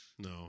No